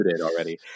already